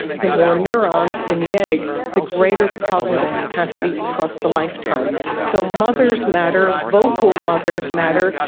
the more neurons in the egg, the greater the cognitive capacity across the lifetime. so mothers matter, vocal mothers matter,